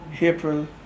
April